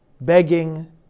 begging